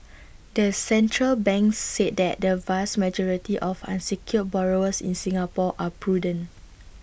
the central bank said that the vast majority of unsecured borrowers in Singapore are prudent